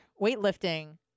weightlifting